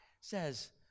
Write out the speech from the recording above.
says